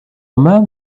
man